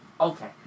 Okay